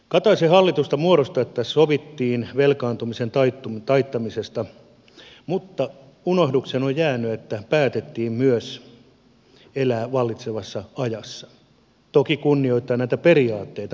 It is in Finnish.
kataisen hallitusta muodostettaessa sovittiin velkaantumisen taittamisesta mutta unohdukseen on jäänyt että päätettiin myös elää vallitsevassa ajassa toki kunnioittaen näitä periaatteita